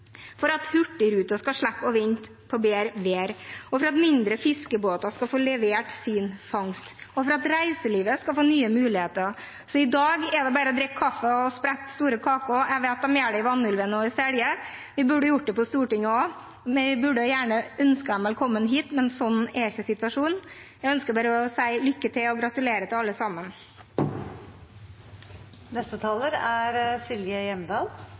for at Hurtigruten skal slippe å vente på bedre vær, for at mindre fiskebåter skal få levert sin fangst, og for at reiselivet skal få nye muligheter. Så i dag er det bare å drikke kaffe og sprette store kaker. Jeg vet at de gjør det i Vanylven og i Selje, og vi burde gjort det på Stortinget også. Vi skulle gjerne ønsket dem velkommen hit, men sånn er ikke situasjonen. Jeg ønsker bare å si lykke til og gratulerer til alle sammen!